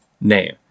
name